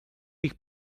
ich